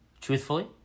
Truthfully